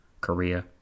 Korea